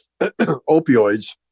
opioids –